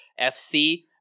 FC